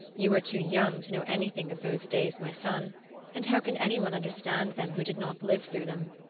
you are too young to know anything of those days, my son and how can any one understand them who did not live through them?